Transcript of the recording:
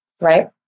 right